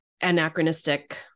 anachronistic